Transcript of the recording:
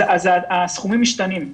אז הסכומים משתנים.